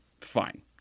fine